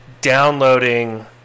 downloading